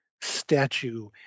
statue